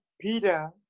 peter